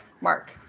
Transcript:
mark